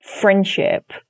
friendship